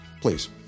please